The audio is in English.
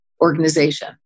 organization